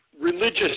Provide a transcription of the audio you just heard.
religious